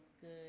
good